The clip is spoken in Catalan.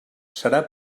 serà